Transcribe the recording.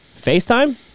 FaceTime